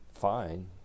fine